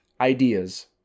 ideas